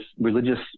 religious